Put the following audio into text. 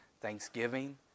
thanksgiving